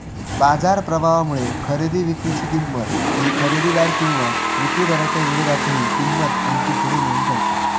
बाजार प्रभावामुळे खरेदी विक्री ची किंमत ही खरेदीदार किंवा विक्रीदाराच्या विरोधातही किंमत आणखी पुढे नेऊन ठेवता